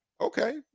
Okay